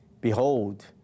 behold